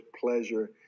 pleasure